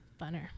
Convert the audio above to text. Funner